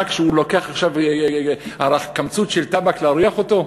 רק שהוא לוקח עכשיו קמצוץ של טבק להריח אותו,